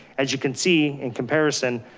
as you can see in comparison,